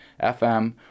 fm